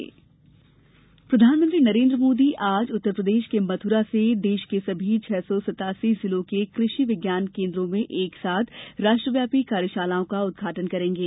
मोदी कार्यशाला प्रधानमंत्री नरेन्द्र मोदी आज उत्तर प्रदेश के मथुरा से देश के सभी छह सौ सतासी जिलों के कृषि विज्ञान केन्द्रों में एक साथ राष्ट्रव्यापी कार्यशालाओं का उद्घाटन करेंगे